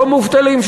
במובטלים,